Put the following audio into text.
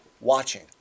watching